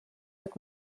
with